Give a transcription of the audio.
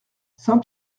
saint